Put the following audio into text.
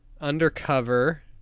undercover